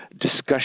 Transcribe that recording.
discussion